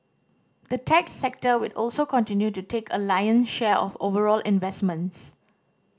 the tech sector will also continue to take a lion's share of overall investments